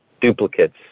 duplicates